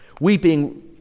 Weeping